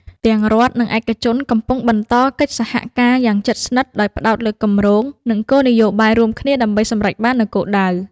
ទាំងរដ្ឋ និងឯកជនកំពុងបន្តកិច្ចសហការ យ៉ាងជិតស្និទ្ធ ដោយផ្តោតលើគម្រោង និងគោលនយោបាយរួមគ្នាដើម្បីសម្រេចបាននូវគោលដៅ។